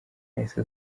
yahise